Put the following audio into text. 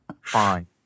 Fine